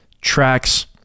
tracks